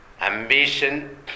ambition